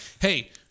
hey